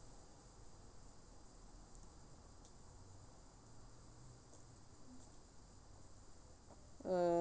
uh